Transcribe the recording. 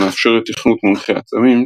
המאפשרת תכנות מונחה־עצמים,